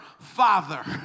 Father